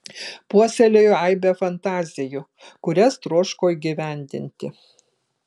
puoselėjo aibę fantazijų kurias troško įgyvendinti